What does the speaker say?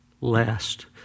last